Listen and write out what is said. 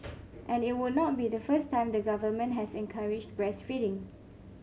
and it would not be the first time the government has encouraged breastfeeding